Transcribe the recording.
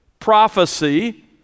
Prophecy